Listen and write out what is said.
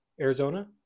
Arizona